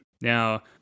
Now